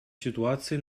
ситуации